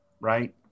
right